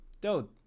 Dude